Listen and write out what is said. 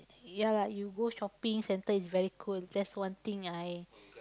ya lah you go shopping-centre is very cold that's one thing I